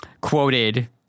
quoted